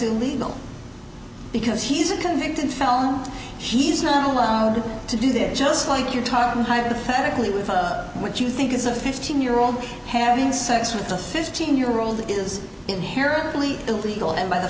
illegal because he's a convicted felon he's not allowed to do that just like you're talking hypothetically with what you think is a fifteen year old having sex with a fifteen year old is inherently illegal and by the